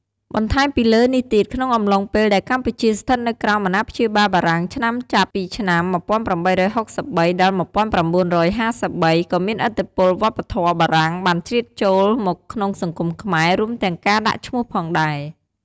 បន្ថែមពីលើនេះទៀត ក្នុងអំឡុងពេលដែលកម្ពុជាស្ថិតនៅក្រោមអាណាព្យាបាលបារាំងឆ្នាំ ចាប់ពីឆ្នាំ ១៨៦៣ ដល់ ១៩៥៣ ក៏មានឥទ្ធិពលវប្បធម៌បារាំងបានជ្រៀតចូលមកក្នុងសង្គមខ្មែរ រួមទាំងការដាក់ឈ្មោះផងដែរ។។